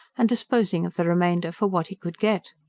and disposing of the remainder for what he could get.